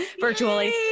Virtually